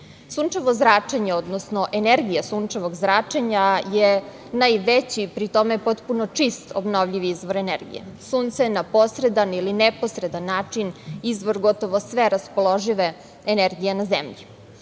Sunčevo zračenje, odnosno energija sunčevog zračenja je najveći, pri tome potpuno čist obnovljivi izvor energije. Sunce je na posredan ili neposredan način izvor gotovo sve raspoložive energije na zemlji.